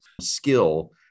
skill